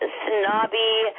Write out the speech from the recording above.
snobby